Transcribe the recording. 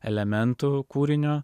elementu kūrinio